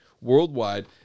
worldwide